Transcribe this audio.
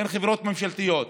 אין חברות ממשלתיות,